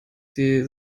sie